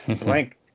blank